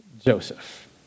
Joseph